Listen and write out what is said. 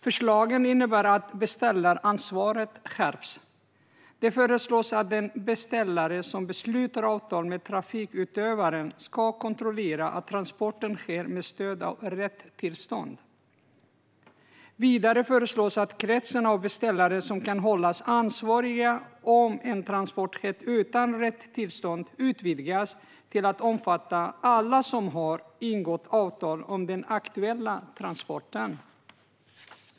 Förslagen innebär att beställaransvaret skärps. Det föreslås att den beställare som sluter avtal med trafikutövaren ska kontrollera att transporten sker med stöd av rätt tillstånd. Vidare föreslås att kretsen av beställare som kan hållas ansvariga om en transport skett utan rätt tillstånd utvidgas till att omfatta alla som har ingått avtal om den aktuella transporten.